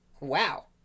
Wow